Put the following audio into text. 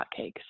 hotcakes